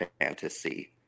fantasy